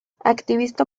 activista